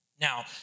Now